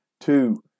two